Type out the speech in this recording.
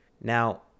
Now